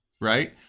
right